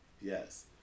yes